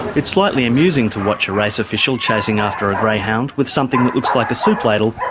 it's slightly amusing to watch a race official chasing after a greyhound with something that looks like a soup ladle,